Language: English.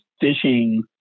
fishing